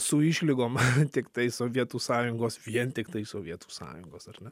su išlygom tiktai sovietų sąjungos vien tiktai sovietų sąjungos ar ne